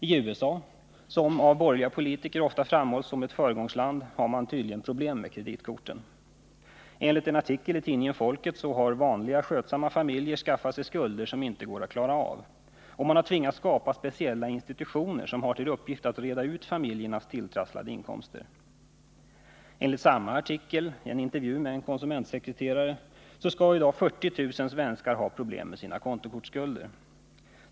I USA, som av borgerliga politiker ofta framhålls som ett föregångsland, har man tydligen problem med kreditkorten. Enligt en artikel i tidningen Folket har vanliga skötsamma familjer skaffat sig skulder som inte går att klara av, och man har tvingats skapa speciella institutioner som har till uppgift att reda ut familjernas tilltrasslade ekonomier. Enligt samma artikel — en intervju med en konsumentsekreterare — skall i dag 40 000 svenskar ha problem med sina kontokortsskulder.